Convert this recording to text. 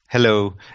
Hello